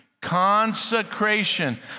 Consecration